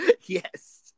Yes